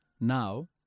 Now